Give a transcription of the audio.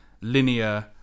linear